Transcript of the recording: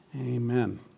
Amen